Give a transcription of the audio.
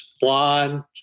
blonde